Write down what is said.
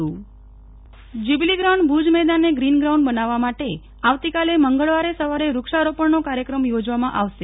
Nehal Thakkar green ground jubilee ground Bhuj મેદાનને green ground બનાવવા માટે આવતીકાલે મંગળવારે સવારે વૃક્ષા રોપણ નો કાર્યક્રમ યોજવામાં આવશે